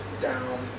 down